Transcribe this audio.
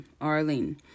arlene